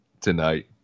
tonight